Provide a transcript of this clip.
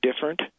different